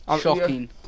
Shocking